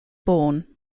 born